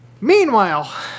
Meanwhile